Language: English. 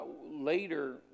Later